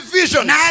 vision